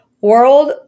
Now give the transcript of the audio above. World